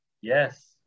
Yes